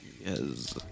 yes